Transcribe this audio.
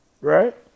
Right